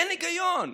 אין היגיון.